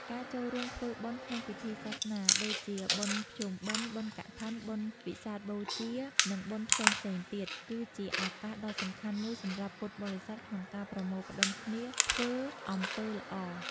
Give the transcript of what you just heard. ការចូលរួមធ្វើបុណ្យក្នុងពិធីសាសនា ដូចជា បុណ្យភ្ជុំបិណ្ឌ បុណ្យកឋិន បុណ្យវិសាខបូជា និងបុណ្យផ្សេងៗទៀត គឺជាឱកាសដ៏សំខាន់មួយសម្រាប់ពុទ្ធបរិស័ទក្នុងការប្រមូលផ្ដុំគ្នាធ្វើអំពើល្អ។